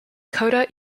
kota